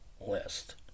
list